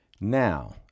Now